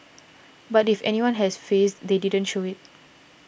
but if anyone has fazed they didn't show it